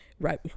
Right